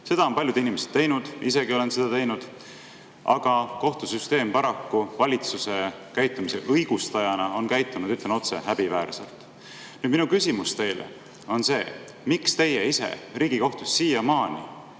Seda on paljud inimesed teinud, ma ise ka olen seda teinud. Aga kohtusüsteem on paraku valitsuse käitumise õigustajana käitunud, ütlen otse, häbiväärselt. Minu küsimus teile on see, miks teie ise Riigikohtus siiamaani,